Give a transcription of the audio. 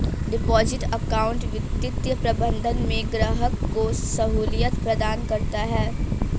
deposit account वित्तीय प्रबंधन में ग्राहक को सहूलियत प्रदान करता है